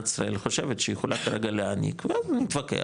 ישראל חושבת שהיא יכולה כרגע להעניק ואז נתווכח,